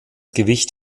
gewicht